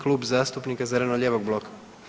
Klub zastupnika Zeleno-lijevog bloka.